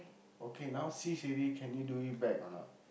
okay now cease already can you do it back or not